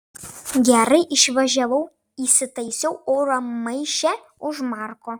gerai išvažiavau įsitaisiau oro maiše už marko